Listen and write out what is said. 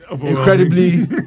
...incredibly